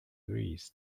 rees